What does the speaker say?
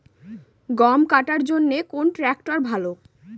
গম কাটার জন্যে কোন ট্র্যাক্টর ভালো?